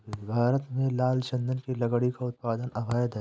भारत में लाल चंदन की लकड़ी का उत्पादन अवैध है